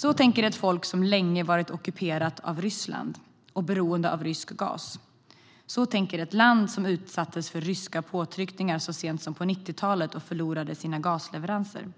Så tänker ett folk som länge har varit ockuperat av Ryssland och beroende av rysk gas. Så tänker ett land som utsattes för ryska påtryckningar så sent som på 90-talet och förlorade sina gasleveranser.